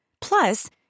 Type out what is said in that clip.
Plus